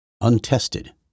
untested